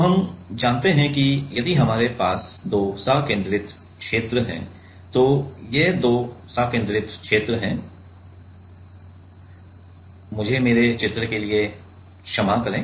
तो हम जानते हैं कि यदि हमारे पास दो संकेंद्रित क्षेत्र हैं तो ये दो संकेंद्रित क्षेत्र हैं मुझे मेरे चित्र के लिए क्षमा करें